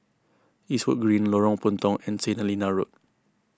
Eastwood Green Lorong Puntong and Saint Helena Road